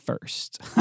first